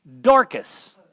Dorcas